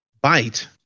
bite